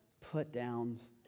put-downs